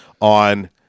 on